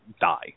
die